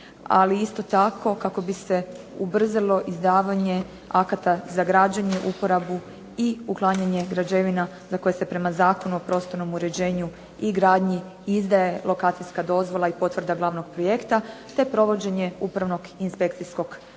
ali isto tako kako bi se ubrzalo izdavanje akata za građenje, uporabu i uklanjanje građevina na koje se prema Zakonu o prostornom uređenju i gradnji izdaje lokacijska dozvola i potvrda glavnog projekta te provođenje upravnog i inspekcijskog nadzora.